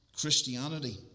Christianity